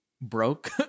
broke